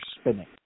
spinning